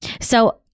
So-